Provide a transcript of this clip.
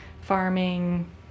farming